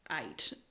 eight